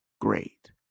great